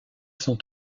sont